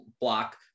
block